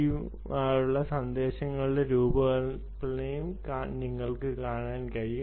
T നായുള്ള സന്ദേശങ്ങളുടെ രൂപകൽപ്പനയും നിങ്ങൾക്ക് കാണാൻ കഴിയും